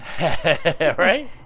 Right